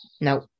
no